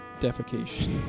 defecation